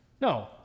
No